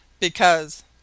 Because